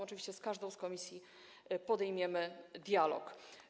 Oczywiście z każdą z komisji podejmiemy dialog.